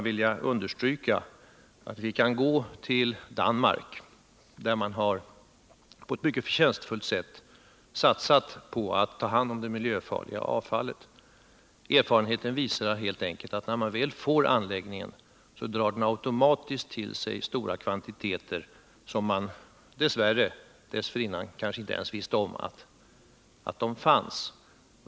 Vi kan gå till Danmark, där man på ett mycket förtjänstfullt sätt satsat på att ta hand om det miljöfarliga avfallet. Erfarenheten visar att när man väl får anläggningen drar den automatiskt till sig stora kvantiteter som man dess värre dessförinnan kanske inte ens visste om fanns.